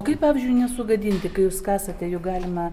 kaip pavyzdžiui nesugadinti kai jūs kasate juk galima